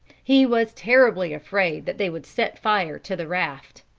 he was terribly afraid that they would set fire to the raft.